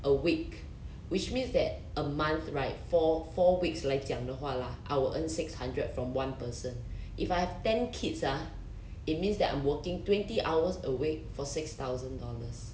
a week which means that a month right four four weeks 来讲的话啦 I will earn six hundred from one person if I have ten kids ah it means that I'm working twenty hours a week for six thousand dollars